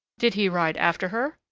did he ride after her?